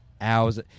hours